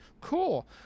cool